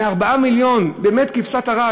מ-4 מיליון, באמת כבשת הרש.